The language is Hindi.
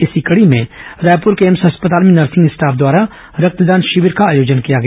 इसी कड़ी में रायपुर के एम्स अस्पताल में नर्सिंग स्टाफ द्वारा रक्तदान शिविर का आयोजन किया गया